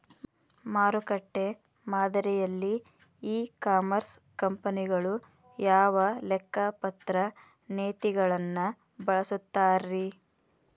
ಮಾರುಕಟ್ಟೆ ಮಾದರಿಯಲ್ಲಿ e commerce ಕಂಪನಿಗಳು ಯಾವ ಲೆಕ್ಕಪತ್ರ ನೇತಿಗಳನ್ನ ಬಳಸುತ್ತಾರಿ?